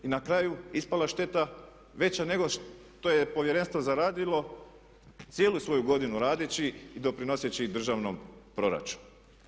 I na kraju ispala šteta veća nego što je povjerenstvo zaradilo cijelu svoju godinu radeći i doprinoseći državnom proračunu.